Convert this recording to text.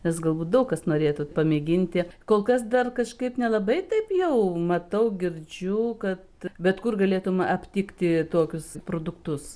nes galbūt daug kas norėtų pamėginti kol kas dar kažkaip nelabai taip jau matau girdžiu kad bet kur galėtum aptikti tokius produktus